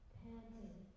panting